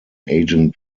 aging